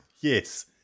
Yes